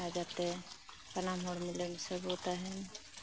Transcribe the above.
ᱟᱨ ᱡᱟᱛᱮ ᱥᱟᱱᱟᱢ ᱦᱚᱲ ᱢᱤᱞᱮ ᱢᱤᱥᱮ ᱵᱚ ᱛᱟᱸᱦᱮᱱ